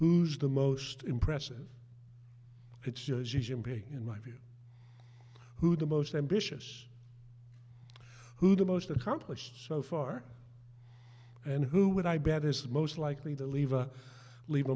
who's the most impressive it's in my view who the most ambitious who the most accomplished so far and who would i bet is most likely to leave or leave